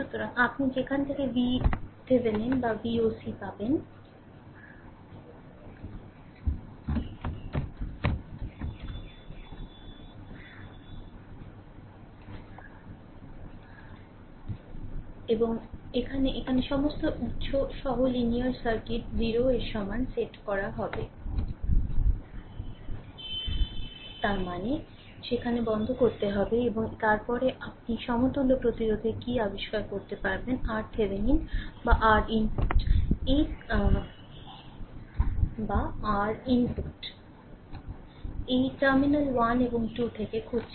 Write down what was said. সুতরাং আপনি যেখান থেকে vThevenin বা Voc পাবেন এবং এখানে সমস্ত স্বতন্ত্র উত্স সহ লিনিয়ার সার্কিট 0 এর সমান সেট করা হবে তার মানে সেখানে বন্ধ করতে হবে এবং তার পরে আপনি সমতুল্য প্রতিরোধের কি আবিষ্কার করতে পারবেন RThevenin বা R ইনপুট এই টার্মিনাল 1 এবং 2 থেকে খুঁজছেন